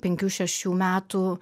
penkių šešių metų